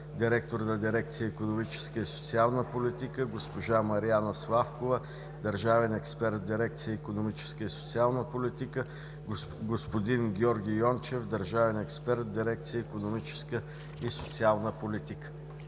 директор на Дирекция „Икономическа и социална политика“, госпожа Мариана Славкова – държавен експерт в Дирекция „Икономическа и социална политика“, господин Георги Йончев – държавен експерт в Дирекция „Икономическа и социална политика“.